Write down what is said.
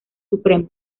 supremo